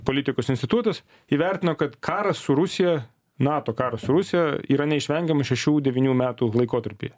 politikos institutas įvertino kad karas su rusija nato karas su rusija yra neišvengiama šešių devynių metų laikotarpį